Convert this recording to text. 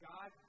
God